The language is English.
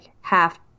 half